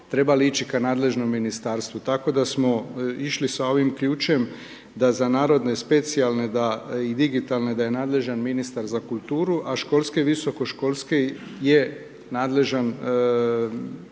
trebali ići u nadležno ministarstvo, tako da smo išli sa ovim ključem da za narodne, specijalne i digitalne da je nadležan ministar za kulture, a školske, visokoškolske je nadležno Ministarstvo